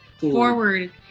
forward